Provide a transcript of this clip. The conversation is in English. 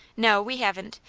no, we haven't.